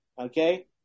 okay